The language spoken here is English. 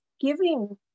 giving